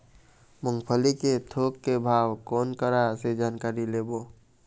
मूंगफली के थोक के भाव कोन करा से जानकारी लेबो?